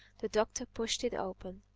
the doctor pushed it open.